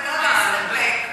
ולא להסתפק.